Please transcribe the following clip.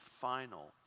final